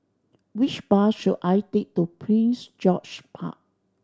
which bus should I take to Prince George's Park